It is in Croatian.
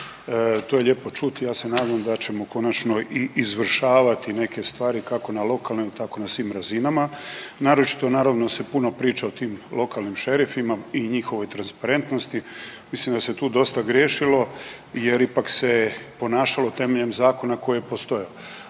to je lijepo čuti, ja se nadam da ćemo konačno i izvršavati neke stvari kako na lokalnoj tako i na svim razinama. Naročito naravno se puno priča o tim lokalnim šerifima i njihovoj transparentnosti. Mislim da se tu dosta griješilo jer ipak se ponašalo temeljem zakona koji je postojao.